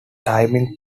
timing